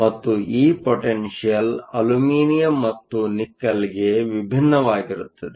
ಮತ್ತು ಈ potential aluminium ಮತ್ತು ನಿಕಲ್ಗೆ ವಿಭಿನ್ನವಾಗಿರುತ್ತದೆ